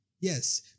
Yes